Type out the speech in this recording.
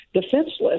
defenseless